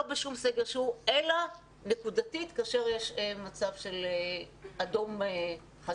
לא בשום סגר שהוא אלא נקודתית כאשר יש מצב של אדום חזק.